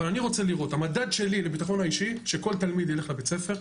אבל המדד שלי לביטחון האישי שכל תלמיד יילך לבית הספר.